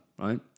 right